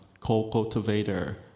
co-cultivator